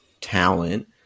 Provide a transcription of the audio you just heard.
talent